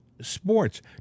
sports